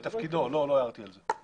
לא, לא הערתי על זה.